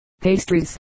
pastries